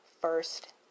first